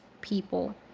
people